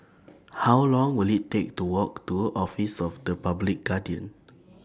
How Long Will IT Take to Walk to Office of The Public Guardian